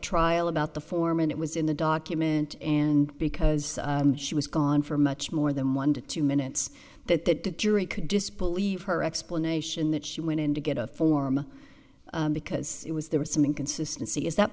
trial about the foreman it was in the document and because she was gone for much more than one to two minutes that that the jury could disbelieve her explanation that she went in to get a form because it was there were some inconsistency is that